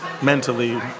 mentally